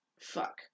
Fuck